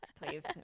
please